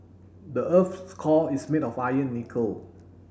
the earth's core is made of iron nickel